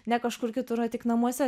ne kažkur kitur o tik namuose